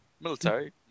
military